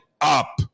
up